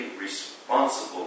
responsible